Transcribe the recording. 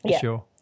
sure